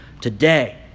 today